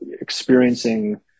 experiencing